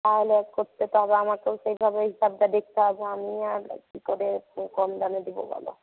তাহলে করতে তো হবে আমাকেই সেইভাবেই হিসাবটা দেখতে হবে আমি আর কী করে কম দামে দেবো বলো